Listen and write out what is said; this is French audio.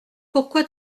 pourquoi